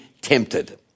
tempted